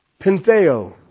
Pentheo